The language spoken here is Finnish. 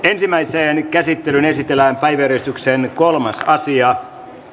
ensimmäiseen käsittelyyn esitellään päiväjärjestyksen kolmas asia